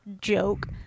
joke